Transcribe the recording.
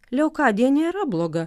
leokadija nėra bloga